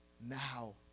now